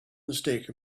mistake